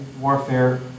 warfare